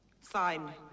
Sign